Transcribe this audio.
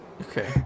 Okay